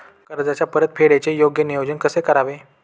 कर्जाच्या परतफेडीचे योग्य नियोजन कसे करावे?